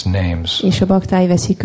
names